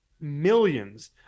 millions